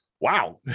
wow